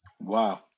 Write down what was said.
Wow